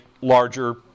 larger